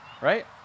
Right